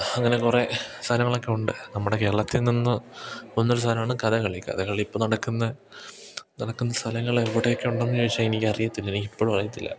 അങ്ങനെ കുറേ സാനങ്ങളൊക്കെ ഉണ്ട് നമ്മുടെ കേരളത്തിൽ നിന്ന് വന്നൊരു സാധനമാണ് കഥകളി കഥകളിയിപ്പം നടക്കുന്ന നടക്കുന്ന സ്ഥലങ്ങളെവിടെയൊക്കെ ഉണ്ടെന്ന് ചോദിച്ചാൽ എനിക്കറിയത്തില്ല എനിക്കിപ്പോഴും അറിയത്തില്ല